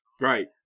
Right